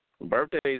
Birthdays